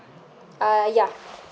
uh ya